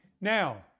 Now